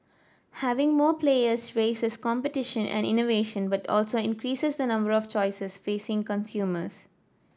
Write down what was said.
having more players raises competition and innovation but also increases the number of choices facing consumers